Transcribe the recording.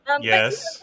Yes